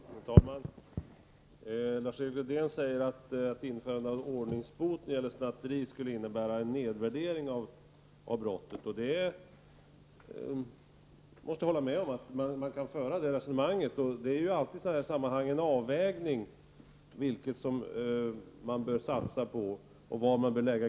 Herr talman! Lars-Erik Lövdén säger att införande av ordningsbot när det gäller snatteri skulle innebära en nedvärdering av brottet. Jag måste hålla med om att man kan föra ett sådant resonemang. Det är ju alltid fråga om en avvägning av vad man bör satsa på och var gränserna bör ligga.